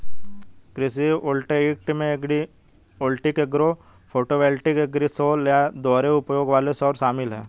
कृषि वोल्टेइक में agrivoltaic agro photovoltaic agrisol या दोहरे उपयोग वाले सौर शामिल है